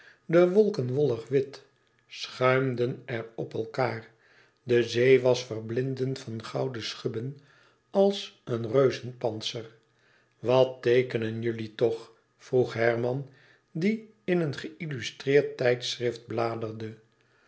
de wolken wollig wit schuimden er op elkaâr de zee was verblindend van gouden schubben als een reuzenpantser wat teekenen jullie toch vroeg herman die in een geïllustreerd tijdschrift bladerde